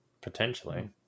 Potentially